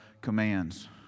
commands